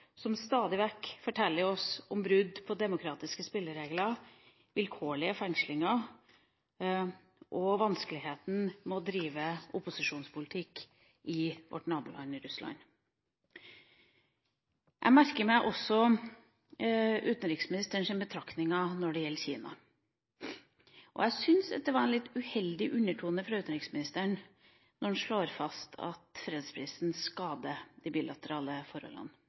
som stadig vekk forteller oss om brudd på demokratiske spilleregler, vilkårlige fengslinger og vanskeligheten med å drive opposisjonspolitikk i vårt naboland Russland. Jeg merket meg også utenriksministerens betraktninger når det gjelder Kina. Jeg syns at det var en litt uheldig undertone fra utenriksministeren når han slår fast at fredsprisen har «skadet» det bilaterale